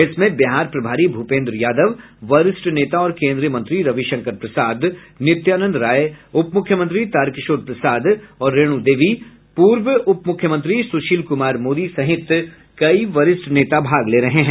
इसमें बिहार प्रभारी भूपेन्द्र यादव वरिष्ठ नेता और केन्द्रीय मंत्री रविशंकर प्रसाद नित्यानंद राय उपमुख्यमंत्री तारकिशोर प्रसाद और रेणु देवी पूर्व उप मुख्यमंत्री सुशील कुमार मोदी सहित कई वरिष्ठ नेता भाग ले रहे हैं